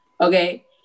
Okay